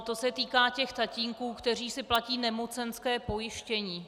To se týká těch tatínků, kteří si platí nemocenské pojištění.